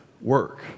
work